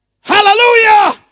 Hallelujah